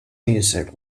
music